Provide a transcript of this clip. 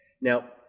Now